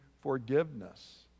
forgiveness